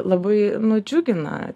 labai nudžiugina